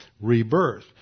rebirth